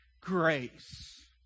grace